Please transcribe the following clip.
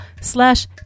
slash